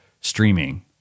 streaming